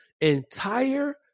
entire